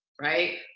right